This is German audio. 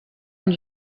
und